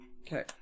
Okay